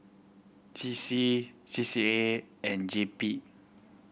C C C C A and J P